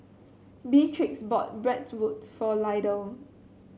Beatrix bought Bratwurst for Lydell